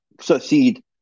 succeed